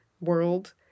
world